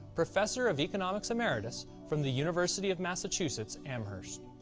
professor of economics emeritus from the university of massachusetts, amherst.